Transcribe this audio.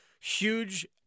huge